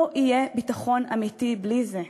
לא יהיה ביטחון אמיתי בלי זה.